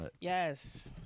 Yes